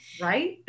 Right